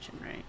right